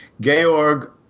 Georg